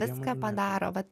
viską padaro vat